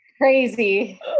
crazy